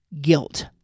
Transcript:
guilt